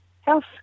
house